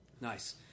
nice